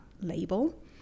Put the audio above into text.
label